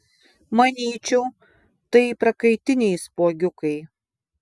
manyčiau tai prakaitiniai spuogiukai